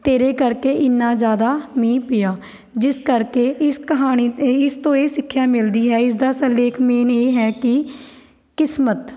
ਤੇਰੇ ਕਰਕੇ ਇੰਨਾਂ ਜ਼ਿਆਦਾ ਮੀਂਹ ਪਿਆ ਜਿਸ ਕਰਕੇ ਇਸ ਕਹਾਣੀ ਇਸ ਤੋਂ ਇਹ ਸਿੱਖਿਆ ਮਿਲਦੀ ਹੈ ਇਸ ਦਾ ਸਿਰਲੇਖ ਮੇਨ ਇਹ ਹੈ ਕਿ ਕਿਸਮਤ